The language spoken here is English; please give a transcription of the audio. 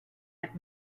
had